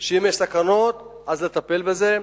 ואם יש סכנות צריך לטפל בזה,